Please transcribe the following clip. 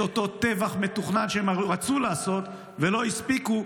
את אותו טבח מתוכנן שהם רצו לעשות ולא הספיקו,